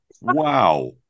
Wow